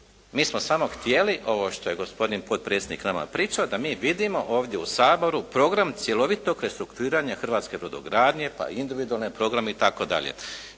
Mi smo samo htjeli ovo što je gospodin potpredsjednik nama pričao, da mi vidimo ovdje u Saboru program cjelovitog restrukturiranja hrvatske brodogradnje pa i individualne programe itd.